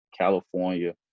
California